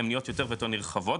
הן נהיות יותר ויותר נרחבות,